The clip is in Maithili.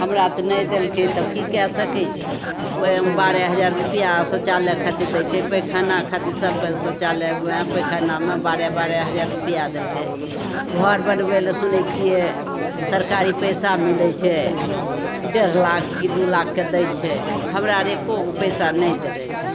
हमरा तऽ नहि देलकै तब कि कै सकै छी ओहिमे बारह हजार रुपैआ आओर शौचालय खातिर दै छै पैखाना खातिर सभकेँ शौचालयमे वएह पैखानामे बारह बारह हजार रुपैआ देलकै घर बनबै ले सुनै छिए सरकारी पइसा मिलै छै डेढ़ लाख कि दुइ लाखके दै छै हमरा आओर एक्को गो पइसा नहि देने छै